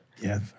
Yes